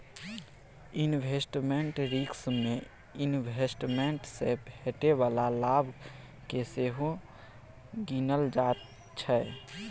investment risk मे investment सँ भेटै बला लाभ केँ सेहो गिनल जाइ छै